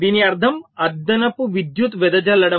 దీని అర్థం అదనపు విద్యుత్ వెదజల్లడం